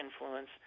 influence